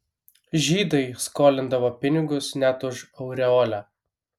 žydai skolindavo pinigus net už aureolę